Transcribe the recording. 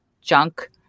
junk